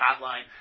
hotline